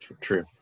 True